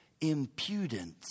impudence